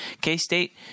K-State